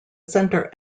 center